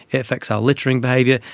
it affects our littering behaviour.